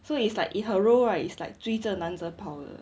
so it's like it her role right is like 追着男子跑的